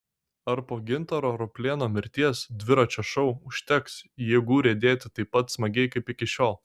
ar po gintaro ruplėno mirties dviračio šou užteks jėgų riedėti taip pat smagiai kaip iki šiol